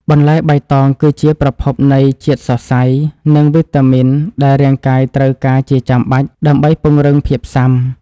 បន្លែបៃតងគឺជាប្រភពនៃជាតិសរសៃ និងវីតាមីនដែលរាងកាយត្រូវការជាចាំបាច់ ដើម្បីពង្រឹងភាពស៊ាំ។